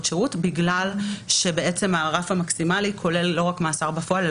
שירות בגלל שהרף המקסימלי כולל לא רק מאסר בפועל,